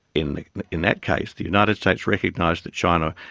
in in that case, the united states recognised that china,